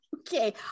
Okay